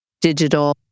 digital